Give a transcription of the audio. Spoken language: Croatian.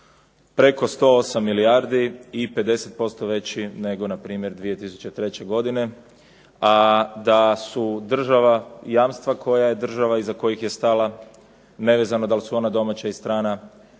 preko 108 milijardi i 50% veći nego na primjer 2003. godine a da su država i jamstva iza kojih je država stala nevezano da li su ona domaća ili strana